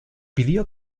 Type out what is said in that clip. pidió